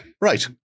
Right